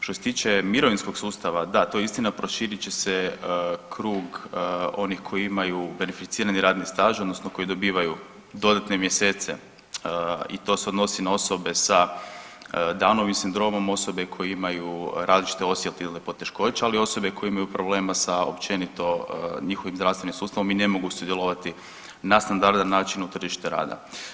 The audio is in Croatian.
Što se tiče mirovinskog sustava, da, to je istina proširit će se krug onih koji imaju beneficirani radni staž odnosno koji dobivaju dodatne mjesece i to se odnosi na osobe sa Downovim sindromom, osobe koje imaju različite osjetilne poteškoće, ali i osobe koje imaju problema sa općenito sa njihovim zdravstvenim sustavom i ne mogu sudjelovati na standardan način u tržište rada.